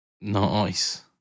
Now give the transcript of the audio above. Nice